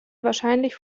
wahrscheinlich